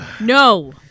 No